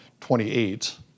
28